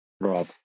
Rob